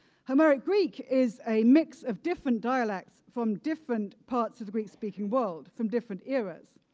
homeric greek is a mix of different dialects from different parts of the greek-speaking world, from different eras.